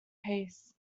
pace